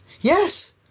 Yes